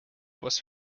was